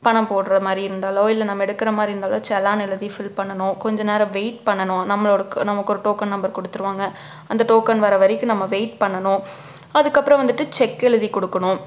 பணம் போடுற மாதிரி இருந்தாலோ இல்லை நம்ம எடுக்கிற மாதிரி இருந்தாலோ செலான் எழுதி ஃபில் பண்ணனும் கொஞ்சம் நேரம் வெயிட் பண்ணனும் நம்மளோட நமக்கு ஒரு டோக்கன் நம்பர் கொடுத்துருவாங்க அந்த டோக்கன் வர வரைக்கும் நம்ம வெயிட் பண்ணனும் அதுக்கு அப்புறம் வந்துவிட்டு செக் எழுதி கொடுக்கணும்